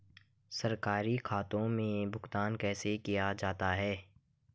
सरकारी खातों में भुगतान कैसे किया जाता है?